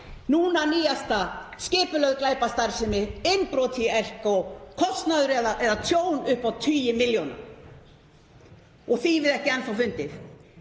Núna nýjasta: Skipulögð glæpastarfsemi, innbrot í Elko, kostnaður eða tjón upp á tugi milljóna, þýfið ekki enn þá fundið.